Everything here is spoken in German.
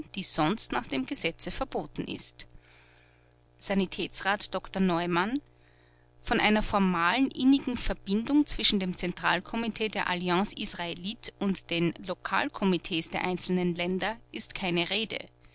die sonst nach dem gesetze verboten ist sanitätsrat dr neumann von einer formalen innigen verbindung zwischen dem zentralkomitee der alliance israelite und den lokalkomitees der einzelnen länder ist keine rede